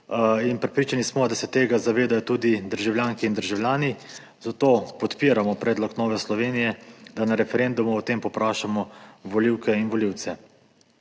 Prepričani smo, da se tega zavedajo tudi državljanke in državljani, zato podpiramo predlog Nove Slovenije, da na referendumu o tem povprašamo volivke in volivce.